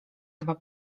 dwa